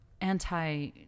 anti